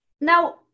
Now